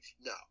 No